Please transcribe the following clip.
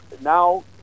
now